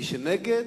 מי שמצביע נגד,